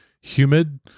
humid